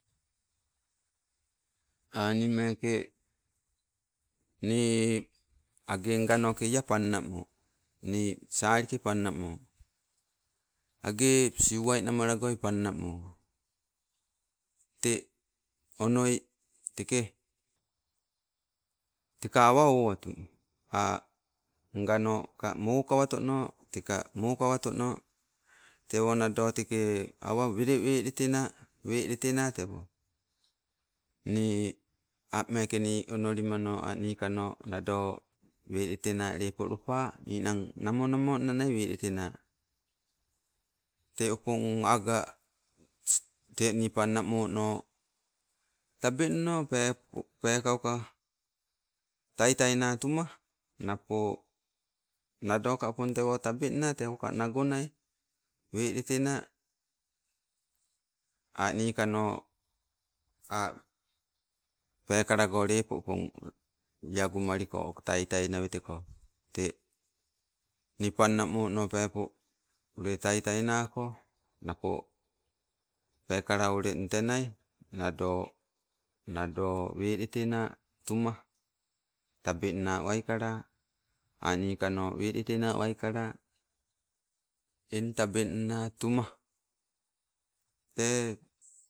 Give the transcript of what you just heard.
nii meeke nii age ngannoke, lea pannamo, ni salike pannamo. Agee siuwai namalagoi pannamo. Tee onnoi, teke teka awa owatu, a' nganoka mokawatono teka mokawaatono. Tewo nado teke, awa wele weletena, weletena tewo. Nii ameeke nii onolinmano a' nikano nado wektena lepo lopa, ninang namo, namo nna nai weletena. Tee opong aggae, te nii panna mono, tabengno peepo, peekauka taitai naa tuma napo ka opong tewo tabeng naa tewoka nagonai, weletena. A' nikano, a peekalago lepo opong, iagumaliko taitai naweteko. Tee nii pannamono peepo ule taitai nako, napo peekala oleng tenia, nado, nado weletena tuma. Tabengna waikala anikanno weletena waika. Eng tabbengna tuma, tee,